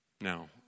Now